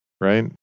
right